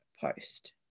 post